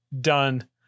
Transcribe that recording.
done